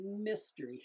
mystery